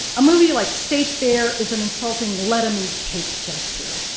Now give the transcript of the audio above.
a movie like state fair is an insulting let em eat cake gesture.